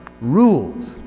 rules